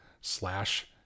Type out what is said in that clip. slash